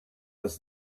does